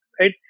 right